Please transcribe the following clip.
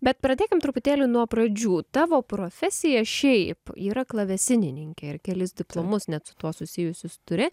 bet pradėkim truputėlį nuo pradžių tavo profesija šiaip yra klavesinininkė ir kelis diplomus net su tuo susijusius turi